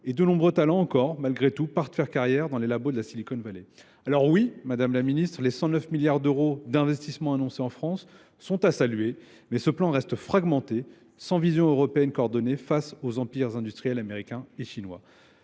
et de nombreux talents encore, malgré tout, partent faire carrière dans les labos de la Silicon Valley. Alors oui, Madame la Ministre, les 109 milliards d'euros d'investissements annoncés en France sont à saluer, mais ce plan reste fragmenté, sans vision européenne coordonnée face aux empires industriels américains et chinois.